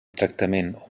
tractament